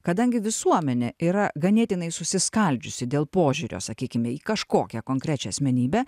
kadangi visuomenė yra ganėtinai susiskaldžiusi dėl požiūrio sakykime į kažkokią konkrečią asmenybę